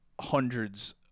hundreds